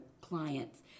clients